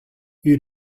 you